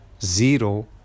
zero